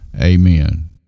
amen